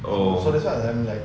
oh